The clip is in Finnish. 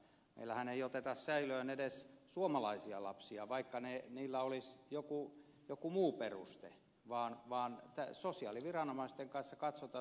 meillähän ei oteta säilöön edes suomalaisia lapsia vaikka heillä olisi jokin muu peruste vaan sosiaaliviranomaisten kanssa katsotaan